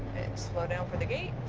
slow down for the gate,